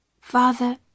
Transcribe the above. Father